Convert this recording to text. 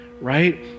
right